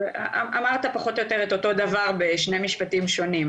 אמרת פחות או יותר את אותו הדבר בשני משפטים שונים.